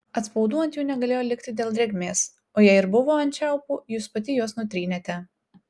atspaudų ant jų negalėjo likti dėl drėgmės o jei ir buvo ant čiaupų jūs pati juos nutrynėte